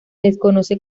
desconoce